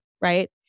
right